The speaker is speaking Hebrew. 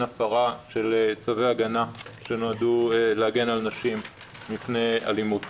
הפרה של צווי הגנה שנועדו להגן על נשים מפני אלימות.